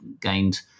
gained